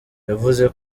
yavuze